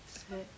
sad